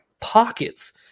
pockets